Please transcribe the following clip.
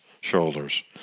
shoulders